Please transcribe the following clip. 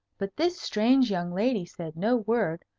but this strange young lady said no word,